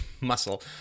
muscle